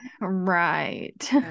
Right